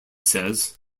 says